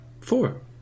four